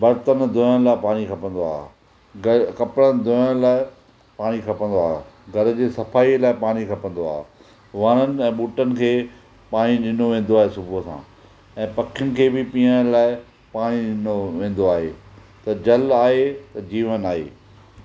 बर्तन धोअण लाइ पाणी खपंदो आहे कपिड़नि धुअण लाइ पाणी खपंदो आहे घर जी सफ़ाई लाइ पाणी खपंदो आहे वणनि ऐं बूटनि खे पाणी ॾिनो वेंदो आहे सुबुह सां ऐं पखियुनि खे बि पीअण लाइ पाणी ॾिनो वेंदो आहे त जल आहे त जीवन आहे